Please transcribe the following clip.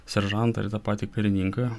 seržantą ir tą patį karininką